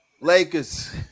Lakers